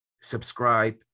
subscribe